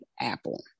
apple